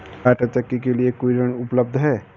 क्या आंटा चक्की के लिए कोई ऋण उपलब्ध है?